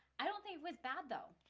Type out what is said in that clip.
i don't think was bad though.